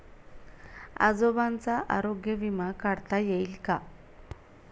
आजोबांचा आरोग्य विमा काढता येईल का?